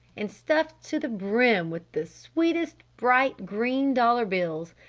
and stuffed to the brim with the sweetest bright green dollar bills.